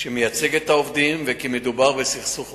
שמייצג את העובדים, וכי מדובר בסכסוך עבודה.